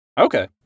Okay